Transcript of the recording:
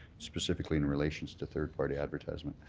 specifically in relations to third party advertisement.